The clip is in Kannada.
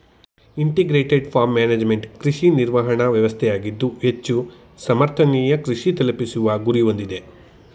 ಇಂಟಿಗ್ರೇಟೆಡ್ ಫಾರ್ಮ್ ಮ್ಯಾನೇಜ್ಮೆಂಟ್ ಕೃಷಿ ನಿರ್ವಹಣಾ ವ್ಯವಸ್ಥೆಯಾಗಿದ್ದು ಹೆಚ್ಚು ಸಮರ್ಥನೀಯ ಕೃಷಿ ತಲುಪಿಸುವ ಗುರಿ ಹೊಂದಿದೆ